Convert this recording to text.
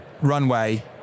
runway